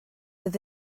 oedd